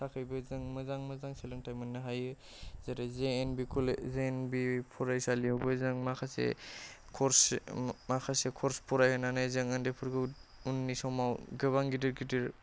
थाखायबो जों मोजां मोजां सोलोंथाइ मोननो हायो जेरै J N V college J N V फरायसालियावबो जों माखासे कर्स माखासे कर्स फरायनानै जों उन्दैफोरखौ उननि समाव गोबां गिदिर गिदिर